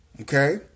Okay